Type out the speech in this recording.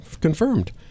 confirmed